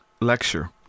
lecture